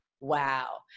wow